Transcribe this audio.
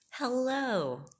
Hello